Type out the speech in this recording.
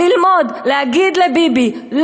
ללמוד להגיד לביבי,